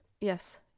yes